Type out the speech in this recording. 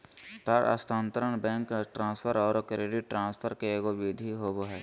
तार स्थानांतरण, bank transfer औरो क्रेडिट ट्रांसफ़र के एगो विधि होबो हइ